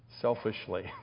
selfishly